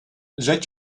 zet